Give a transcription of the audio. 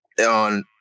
on